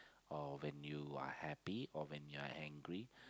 or when you are happy or when you are angry